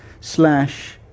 slash